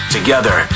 Together